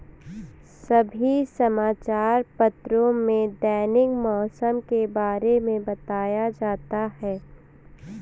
सभी समाचार पत्रों में दैनिक मौसम के बारे में बताया जाता है